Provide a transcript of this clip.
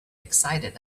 excited